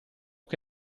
che